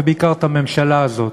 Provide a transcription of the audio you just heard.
ובעיקר את הממשלה הזו,